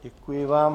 Děkuji vám.